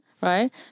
Right